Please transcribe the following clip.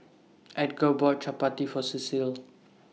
Edgar bought Chapati For Cecil